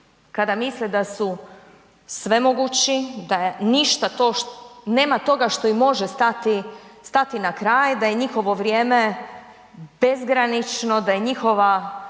kada misle da su svemogući, da ništa to, nema toga što im može stati na kraj, da je njihovo vrijeme bezgranično, da je njihova